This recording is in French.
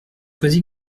quasi